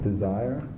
Desire